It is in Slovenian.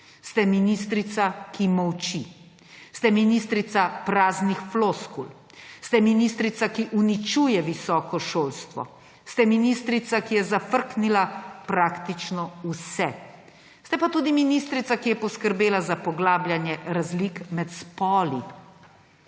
Ste ministrica, ki molči. Ste ministrica praznih floskul. Ste ministrica, ki uničuje visoko šolstvo. Ste ministrica, ki je zafrknila praktično vse. Ste pa tudi ministrica, ki je poskrbela za poglabljanje razlik med spoli.